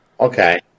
Okay